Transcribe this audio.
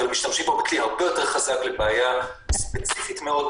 אבל משתמשים בכלי הרבה יותר חזק לבעיה ספציפית מאוד,